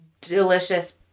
delicious